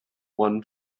one